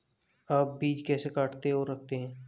आप बीज कैसे काटते और रखते हैं?